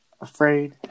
afraid